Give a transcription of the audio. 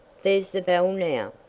there's the bell now.